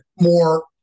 more